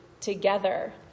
together